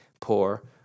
poor